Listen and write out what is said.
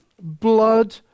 blood